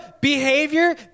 behavior